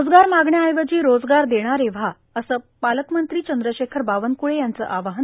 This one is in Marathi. रोजगार मागण्याऐवजी रोजगार देणारे व्हा असं पालकमंत्री चंद्रशेखर बावनक्रळे यांचं आवाहन